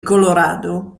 colorado